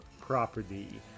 property